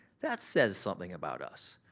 that says something about us.